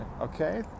Okay